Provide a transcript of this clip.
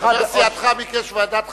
חבר סיעתך ביקש ועדת חקירה.